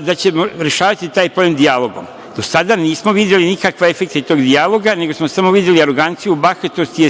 da ćemo rešavati taj problem dijalogom? Do sada nismo videli nikakve efekte tog dijaloga, nego smo samo videli aroganciju, bahatost i